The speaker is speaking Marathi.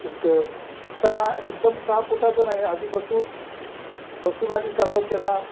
एक शिकताना एकदम साफ उठायचं नाही आधी बसून बसून आधी सराव केला